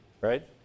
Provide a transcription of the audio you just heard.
right